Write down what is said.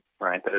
right